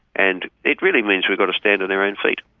and it really means we've got to stand on our own feet.